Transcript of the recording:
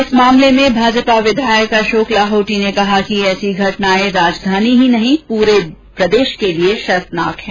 इस मामले में भाजपा विधायक अशोक लाहोटी ने कहा कि ऐसी घटनाएं राजधानी ही नहीं पूरे प्रदेश के लिए शर्मनाक हैं